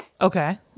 Okay